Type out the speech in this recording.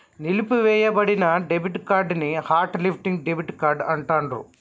నిలిపివేయబడిన debit card ని hot listing debit card అంటాండ్రు